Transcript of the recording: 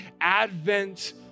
advent